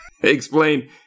explain